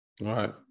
right